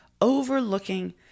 overlooking